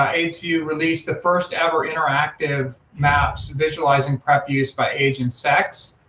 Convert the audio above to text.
aidsvu released the first ever interactive maps visualizing prep use by age and sex,